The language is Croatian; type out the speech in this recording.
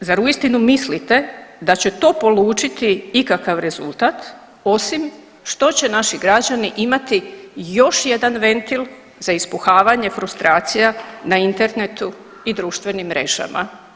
I zar uistinu mislite da će to polučiti ikakav rezultat osim što će naši građani imati još jedan ventil za ispuhavanje frustracija na internetu i društvenim mrežama?